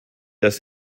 dass